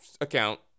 account